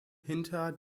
hinter